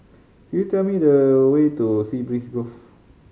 could you tell me the way to Sea Breeze Grove